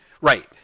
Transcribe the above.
right